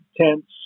tents